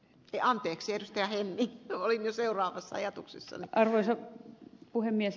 jaana keksiä käynti oli jo seuraavissa ajatuksissa arvoisa puhemies